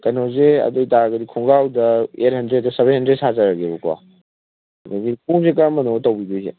ꯀꯩꯅꯣꯁꯦ ꯑꯗꯨ ꯑꯣꯏꯇꯥꯔꯒꯗꯤ ꯈꯣꯡꯒ꯭ꯔꯥꯎꯗ ꯑꯩꯠ ꯍꯟꯗ꯭ꯔꯦꯗꯇꯣ ꯁꯕꯦꯟ ꯍꯟꯗ꯭ꯔꯦꯗ ꯁꯥꯖꯔꯒꯦꯕꯀꯣ ꯑꯗꯒꯤ ꯈꯣꯡꯉꯨꯞꯁꯦ ꯀꯔꯝꯕꯅꯣ ꯇꯧꯕꯤꯗꯣꯏꯁꯦ